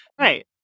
Right